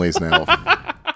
now